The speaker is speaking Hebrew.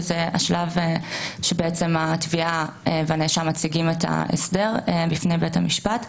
וזה השלב שהתביעה והנאשם מציגים את ההסדר בפני בית המשפט.